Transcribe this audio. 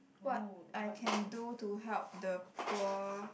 what I can do to help the poor